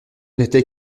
n’était